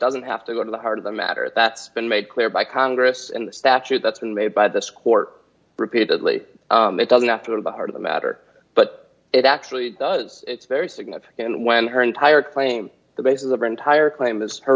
doesn't have to go to the heart of the matter that's been made clear by congress and the statute that's been made by this court repeatedly it doesn't have to go to the heart of the matter but it actually does it's very significant when her entire claim the basis of her entire claim is her